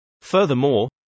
Furthermore